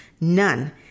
none